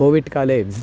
कोविड्काले